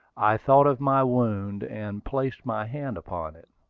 i thought of my wound, and placed my hand upon it.